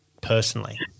personally